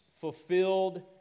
fulfilled